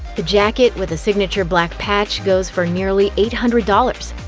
the jacket, with a signature black patch, goes for nearly eight hundred dollars.